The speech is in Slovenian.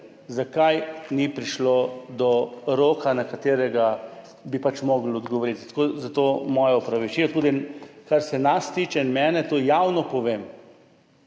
zakaj ni prišlo do roka, do katerega bi pač morali odgovoriti, zato moje opravičilo. Tudi kar se nas tiče in mene, to javno povem,